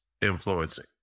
influencing